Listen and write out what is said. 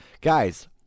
Guys